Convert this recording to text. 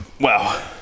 Wow